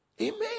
Amen